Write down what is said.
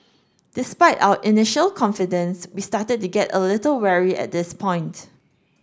despite our initial confidence we started to get a little wary at this point